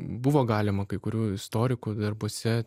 buvo galima kai kurių istorikų darbuose